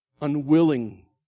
Unwilling